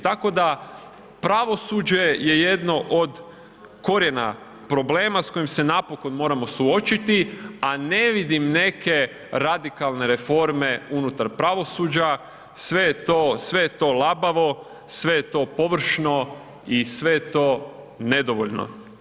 Tako da pravosuđe je jedno od korijena problema s kojim s napokon moramo suočiti a ne vidim neke radikalne reforme unutar pravosuđa, sve je to labavo, sve je to površno i sve je to nedovoljno.